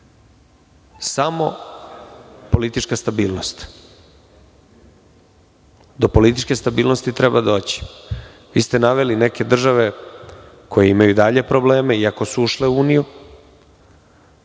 samo politička stabilnost. Do političke stabilnosti treba doći. Vi ste naveli neke države koje imaju dalje probleme, iako su ušle u uniju,